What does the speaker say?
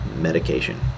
medication